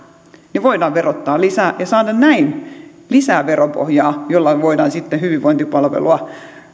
voidaan verottaa lisää ja saada näin lisää veropohjaa jolla voidaan sitten hyvinvointipalvelua